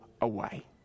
away